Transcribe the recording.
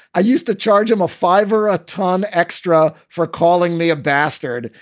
i used to charge him a fiver a tonne extra for calling me a bastard.